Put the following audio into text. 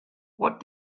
what